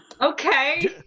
Okay